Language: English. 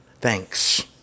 Thanks